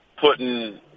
putting